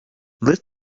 lift